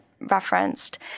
referenced